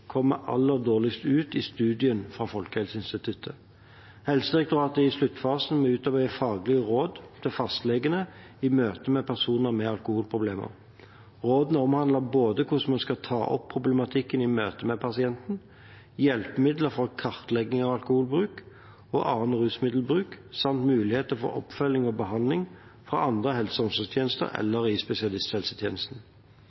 aller dårligst ut i studien fra Folkehelseinstituttet. Helsedirektoratet er i sluttfasen med å utarbeide faglige råd til fastlegene i møte med personer med alkoholproblemer. Rådene omhandler både hvordan vi skal ta opp problematikken i møte med pasienten, hjelpemidler for kartlegging av alkoholbruk og annen rusmiddelbruk, samt muligheter for oppfølging og behandling fra andre helse- og omsorgstjenester